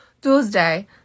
Tuesday